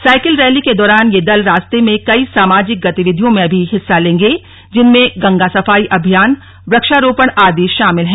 cycle rally के दौरान ये दल रास्ते में कई सामाजिक गतिविधियों में भी हिस्सा लेगा जिसमें गंगा सफाई अभियान वक्षारोपण आदि शामिल है